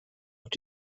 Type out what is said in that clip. und